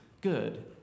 good